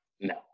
No